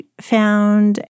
found